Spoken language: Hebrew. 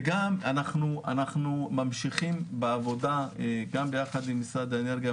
וגם אנחנו ממשיכים בעבודה גם יחד עם משרד האנרגיה,